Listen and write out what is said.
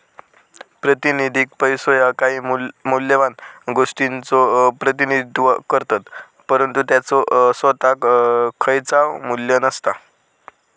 प्रातिनिधिक पैसो ह्या काही मौल्यवान गोष्टीचो प्रतिनिधित्व करतत, परंतु त्याचो सोताक खयचाव मू्ल्य नसता